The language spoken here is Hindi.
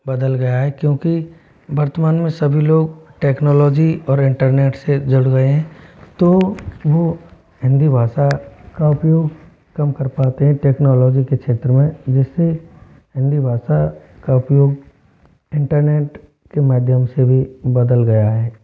बदल गया है क्योंकि वर्तमान में सभी लोग टेक्नोलॉजी और इंटरनेट से जुड़ गए हैं तो वो हिंदी भाषा का उपयोग कम कर पाते हैं टेक्नोलॉजी के क्षेत्र में जिस से हिंदी भाषा का उपयोग इंटरनेट के माध्यम से भी बदल गया है